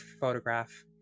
photograph